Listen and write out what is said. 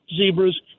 zebras